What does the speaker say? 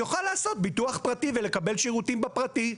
יוכל לעשות ביטוח פרטי ולקבל שירותים בפרטי.